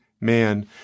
man